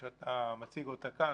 כמו שאתה מציג אותה כאן,